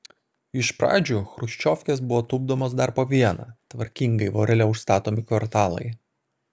iš pradžių chruščiovkės buvo tupdomos dar po vieną tvarkingai vorele užstatomi kvartalai